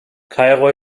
kairo